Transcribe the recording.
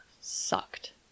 sucked